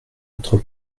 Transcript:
autre